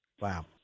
Wow